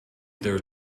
their